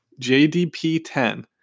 JDP10